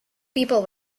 people